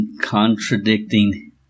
contradicting